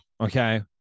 Okay